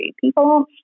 People